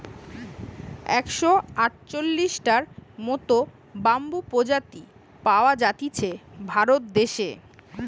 একশ আটচল্লিশটার মত বাম্বুর প্রজাতি পাওয়া জাতিছে ভারত দেশে